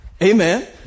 Amen